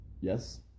Yes